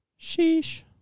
Sheesh